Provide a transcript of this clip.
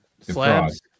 slabs